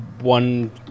one